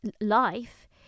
life